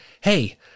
Hey